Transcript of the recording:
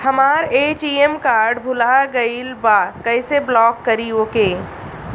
हमार ATM card भूला गईल बा कईसे ब्लॉक करी ओके?